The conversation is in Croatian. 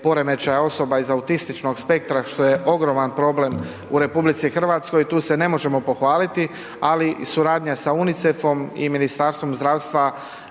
poremećaja osoba iz autističnog spektra, što je ogroman problem u RH. Tu se ne možemo pohvaliti, ali suradnja sa UNICEF-om i Ministarstvom zdravstva